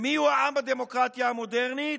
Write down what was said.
מיהו העם בדמוקרטיה המודרנית?